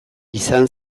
izan